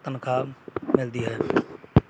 ਤਨਖਾਹ ਮਿਲਦੀ ਹੈ